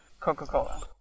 Coca-Cola